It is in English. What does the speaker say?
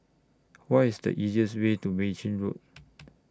What IS The easiest Way to Mei Chin Road